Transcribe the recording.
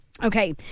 Okay